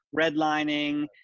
redlining